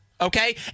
Okay